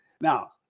Now